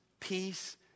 peace